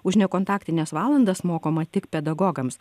už nekontaktines valandas mokoma tik pedagogams